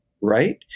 right